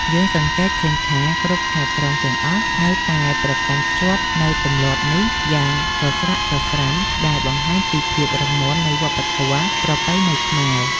យើងសង្កេតឃើញថាគ្រប់ខេត្តក្រុងទាំងអស់នៅតែប្រកាន់ខ្ជាប់នូវទម្លាប់នេះយ៉ាងសស្រាក់សស្រាំដែលបង្ហាញពីភាពរឹងមាំនៃវប្បធម៌ប្រពៃណីខ្មែរ។